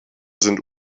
sind